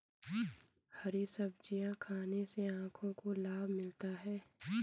हरी सब्जियाँ खाने से आँखों को लाभ मिलता है